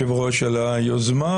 השופטת דורית בייניש,